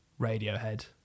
Radiohead